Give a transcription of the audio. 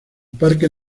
parque